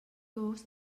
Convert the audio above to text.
gos